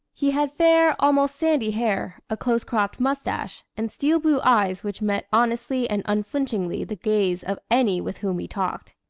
he had fair, almost sandy hair, a close-cropped mustache, and steel-blue eyes which met honestly and unflinchingly the gaze of any with whom he talked.